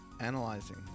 Analyzing